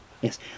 Yes